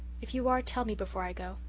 if you are, tell me before i go.